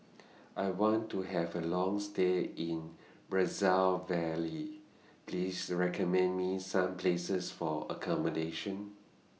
I want to Have A Long stay in Brazzaville Please recommend Me Some Places For accommodation